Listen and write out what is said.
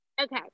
Okay